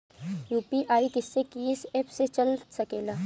UPI किस्से कीस app से चल सकेला?